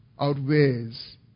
outweighs